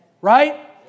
right